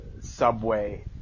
subway